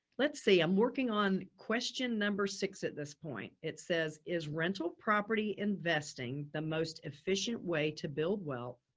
let's see, i'm working on question number six. at this point it says, is rental property investing the most efficient way to build wealth?